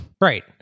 Right